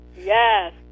Yes